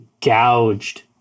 gouged